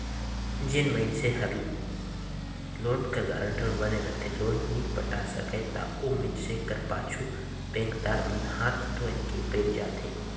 जेन मइनसे हर लोन कर गारंटर बने रहथे लोन नी पटा सकय ता ओ मइनसे कर पाछू बेंकदार मन हांथ धोए के पइर जाथें